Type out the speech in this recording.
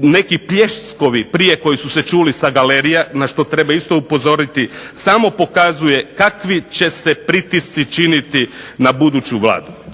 neki pljeskovi prije koji su se čuli sa galerije na što isto treba upozoriti samo pokazuje kakvi će se pritisci činiti na buduću vladu.